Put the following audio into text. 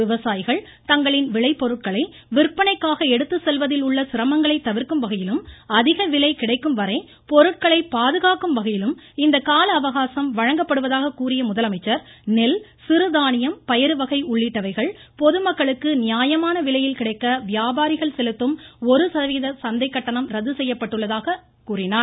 விவசாயிகள் தங்களின் விளைபொருட்களை விற்பனைக்காக எடுத்துச்செல்வதில் உள்ள சிரமங்களை தவிர்க்கும் வகையிலும் அதிக விலை கிடைக்கும் வரை பொருட்களை பாதுகாக்கும் வகையிலும் இந்த கால அவகாசம் வழங்கப்படுவதாக கூறிய முதலமைச்சர் நெல் சிறுதானியம் பயறுவகை உள்ளிட்டவைகள் பொதுமக்களுக்கு நியாயமான விலையில் கிடைக்க வியாபாரிகள் செலுத்தும் ஒரு சதவிகித சந்தைக்கட்டணம் ரத்து செய்யப்பட்டுள்ளதாக கூறினார்